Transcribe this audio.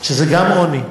שזה גם עוני,